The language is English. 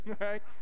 right